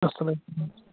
اَصٕل ہَے گوٚو